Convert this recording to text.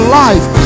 life